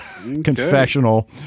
confessional